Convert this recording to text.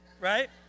Right